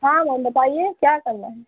हाँ मैम बताइए क्या करना है